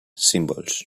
symbols